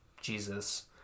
jesus